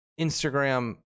Instagram